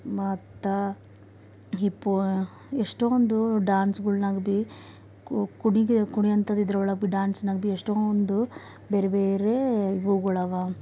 ಮತ್ತು ಹಿಪ್ಪೋ ಎಷ್ಟೊಂದು ಡ್ಯಾನ್ಸ್ಗಳ್ನಾಗ ಭೀ ಕು ಕುಡಿಗೆ ಕುಣಿಯಂತದಿದ್ರೊಳಾಗ ಭೀ ಡ್ಯಾನ್ಸ್ನಾಗ ಭೀ ಎಷ್ಟೊಂದು ಬೇರೆ ಬೇರೆ ಗೊಗೋಳಗ